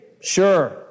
sure